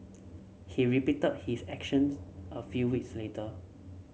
he repeated his actions a few weeks later